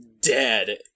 dead